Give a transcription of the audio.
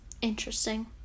Interesting